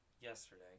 yesterday